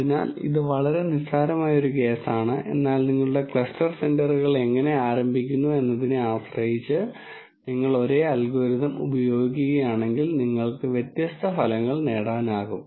അതിനാൽ ഇത് വളരെ നിസ്സാരമായ ഒരു കേസാണ് എന്നാൽ നിങ്ങളുടെ ക്ലസ്റ്റർ സെന്ററുകൾ എങ്ങനെ ആരംഭിക്കുന്നു എന്നതിനെ ആശ്രയിച്ച് നിങ്ങൾ ഒരേ അൽഗോരിതം ഉപയോഗിക്കുകയാണെങ്കിൽ നിങ്ങൾക്ക് വ്യത്യസ്ത ഫലങ്ങൾ നേടാനാകും